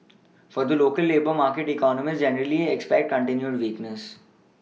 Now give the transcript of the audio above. for the local labour market economists generally expect continued weakness